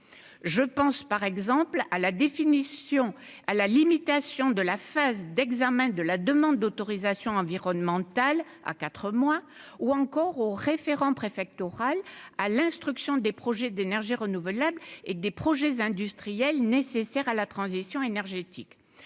je pense par exemple à la définition à la limitation de la phase d'examen de la demande d'autorisation environnementale à 4 mois ou encore au référent préfectorale à l'instruction des projets d'énergies renouvelables et des projets industriels nécessaires à la transition énergétique